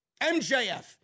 MJF